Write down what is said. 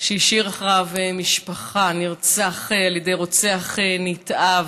שהשאיר אחריו משפחה, נרצח על ידי רוצח נתעב.